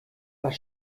was